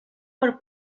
por